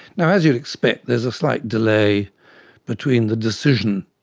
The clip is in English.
and as you'd expect, there is a slight delay between the decision,